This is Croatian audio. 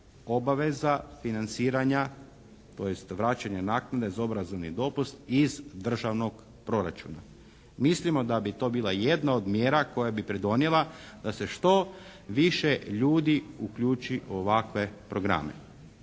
obaveza financiranja, tj. vraćanja naknade za obrazovni dopust iz državnog proračuna. Mislimo da bi to bila jedna od mjera koja bi pridonijela da se što više ljudi uključi u ovakve programe.